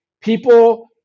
people